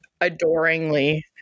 adoringly